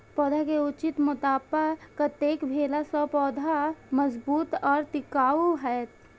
पौधा के उचित मोटापा कतेक भेला सौं पौधा मजबूत आर टिकाऊ हाएत?